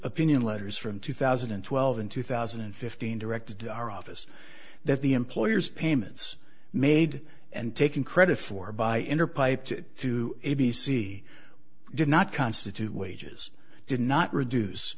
opinion letters from two thousand and twelve and two thousand and fifteen directed to our office that the employer's payments made and taken credit for buy in or piped to a b c did not constitute wages did not reduce